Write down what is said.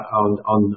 on